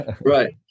Right